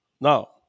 Now